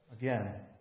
Again